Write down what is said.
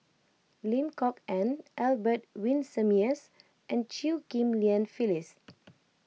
Lim Kok Ann Albert Winsemius and Chew Ghim Lian Phyllis